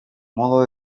modo